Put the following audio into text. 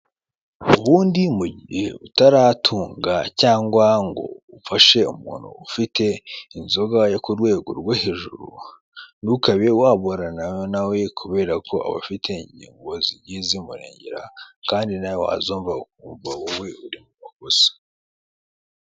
Ubundi mugihe utaratunga cyangwa ngo ufashe umuntu ufite inzoga yo ku rwego rwo hejuru ntukabe waburana nawe kubera ko abafite ingingo zigiye zimurengera kandi nawe wazumva ugasanga wowe uri mumakosa.